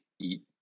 eat